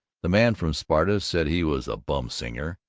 the man from sparta said he was a bum singer,